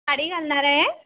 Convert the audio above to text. साडी घालणार आहे